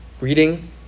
reading